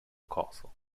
castle